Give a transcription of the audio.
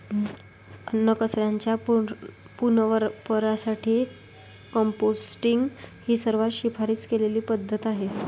अन्नकचऱ्याच्या पुनर्वापरासाठी कंपोस्टिंग ही सर्वात शिफारस केलेली पद्धत आहे